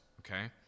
okay